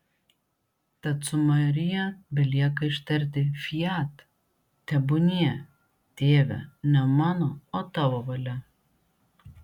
tad su marija belieka ištarti fiat tebūnie tėve ne mano o tavo valia